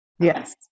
Yes